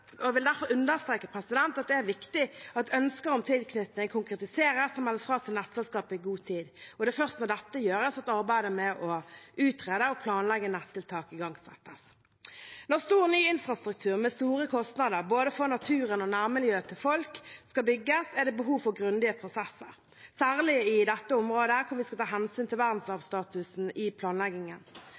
viktig at ønsker om tilknytning konkretiseres og meldes fra til nettselskapet i god tid. Det er først når dette gjøres, at arbeidet med å utrede og planlegge nett-tiltak igangsettes. Når stor, ny infrastruktur skal bygges, med store kostnader både for naturen og for nærmiljøet til folk, er det behov for grundige prosesser, særlig i dette området, hvor vi skal ta hensyn til verdensarvstatusen i planleggingen.